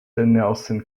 nelson